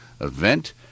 event